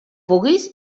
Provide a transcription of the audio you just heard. puguis